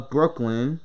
Brooklyn